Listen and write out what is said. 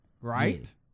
right